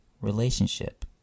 relationship